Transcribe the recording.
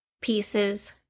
pieces